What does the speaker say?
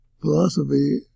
Philosophy